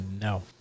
no